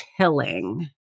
chilling